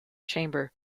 chamber